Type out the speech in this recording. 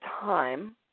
time